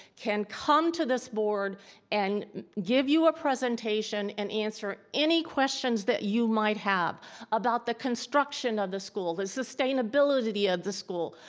can come to this board and give you a presentation and answer any questions that you might have about the construction of the school, the sustainability of the school,